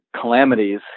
calamities